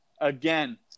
again